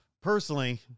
personally